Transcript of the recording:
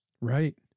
Right